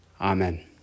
Amen